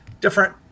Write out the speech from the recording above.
different